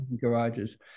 garages